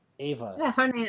Ava